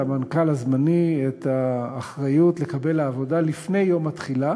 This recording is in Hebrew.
המנכ"ל הזמני את האחריות לקבל לעבודה לפני יום התחילה